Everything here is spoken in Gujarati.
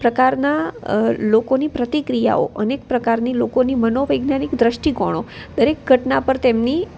પ્રકારના લોકોની પ્રતિક્રિયાઓ અનેક પ્રકારની લોકોની મનોવૈજ્ઞાનિક દૃષ્ટિકોણો દરેક ઘટના પર તેમની